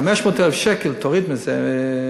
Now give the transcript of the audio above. בבקשה, סליחה.